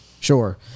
Sure